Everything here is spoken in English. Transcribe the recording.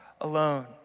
alone